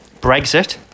Brexit